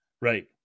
Right